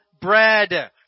bread